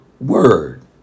word